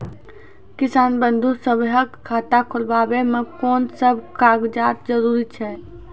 किसान बंधु सभहक खाता खोलाबै मे कून सभ कागजक जरूरत छै?